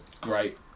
great